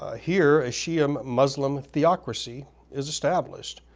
ah here, a shia um muslim theocracy is established,